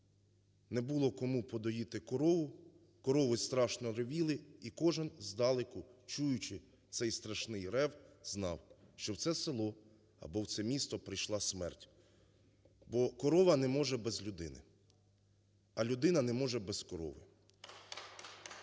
не було кому подоїти корову, корови страшно ревіли, і кожен здалеку, чуючи цей страшний рев, знав, що в це село або в це місто прийшла смерть. Бо корова не може без людини, а людина не може без корови.